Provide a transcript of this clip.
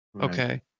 okay